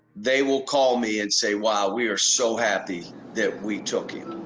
they will call me and say, wow, we are so happy that we took him.